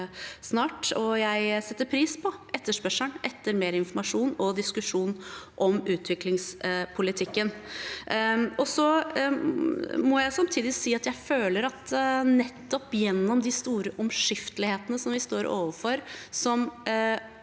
Jeg setter pris på etterspørselen etter mer informasjon og diskusjon om utviklingspolitikken. Samtidig må jeg si at jeg føler at nettopp de store omskiftelighetene vi står overfor,